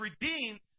redeemed